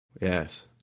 yes